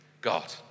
God